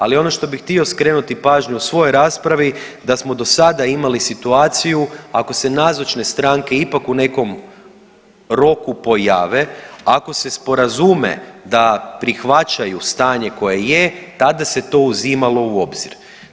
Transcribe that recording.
Ali ono što bih htio skrenuti pažnju u svojoj raspravi da smo do sada imali situaciju ako se nazočne stranke ipak u nekom roku pojave, ako se sporazume da prihvaćaju stanje koje je tada se to uzimalo u obzir.